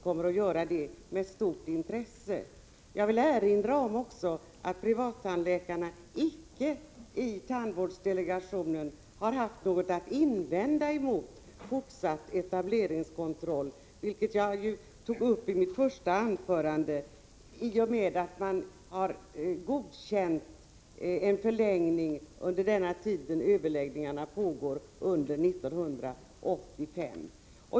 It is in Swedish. Jag vill också erinra om att privattandläkarna i tandvårdsdelegationen icke haft något att invända mot fortsatt etableringskontroll, vilket jag tog upp i mitt första anförande: Man har godkänt en förlängning under den tid överläggningarna pågår 1985.